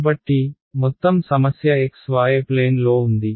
కాబట్టి మొత్తం సమస్య xy ప్లేన్ లో ఉంది